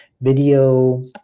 video